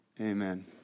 amen